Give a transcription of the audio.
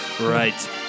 Right